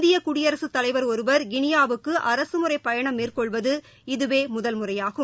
இந்திய குடியரசுத் தலைவர் ஒருவர் கினியாவுக்கு அரசுமுறை பயணம் மேற்கொள்வது அதுவே முதல்முறையாகும்